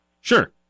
Sure